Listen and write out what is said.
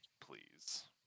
please